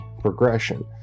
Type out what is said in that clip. progression